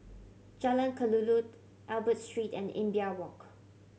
Jalan Kelulut Albert Street and Imbiah Walk